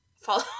Follow